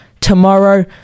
tomorrow